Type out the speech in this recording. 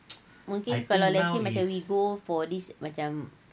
mungkin kalau let's say we go for this macam